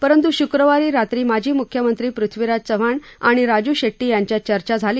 परंतु शुक्रवारी रात्री माजी म्ख्यमंत्री पृथ्वीराज चव्हाण आणि राजू शेट्टी यांच्यात चर्चा झाली